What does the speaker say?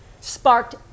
sparked